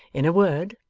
in a word,